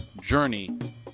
Journey